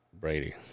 Brady